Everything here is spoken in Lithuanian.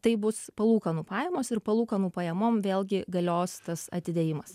tai bus palūkanų pajamos ir palūkanų pajamom vėlgi galios tas atidėjimas